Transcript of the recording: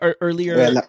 earlier